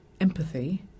empathy